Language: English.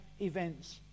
events